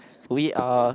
we are